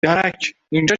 درکاینجا